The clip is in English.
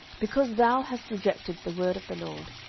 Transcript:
because thou hast rejected the word of the lord,